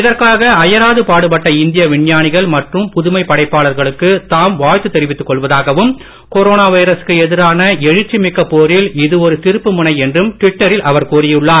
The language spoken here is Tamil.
இதற்காக அயராது பாடுபட்ட இந்திய விஞ்ஞானிகள் மற்றும் புதுமை படைப்பாளர்களுக்கு தாம் வாழ்த்து தெரிவித்துக் கொள்வதாகவும் கொரோனா வைரசுக்கு எதிரான எழுச்சி மிக்க போரில் இது ஒரு திருப்புமுனை என்றும் ட்விட்டரில் அவர் கூறியுள்ளார்